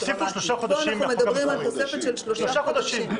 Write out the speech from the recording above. פה אנחנו מדברים על תוספת של שלושה חודשים.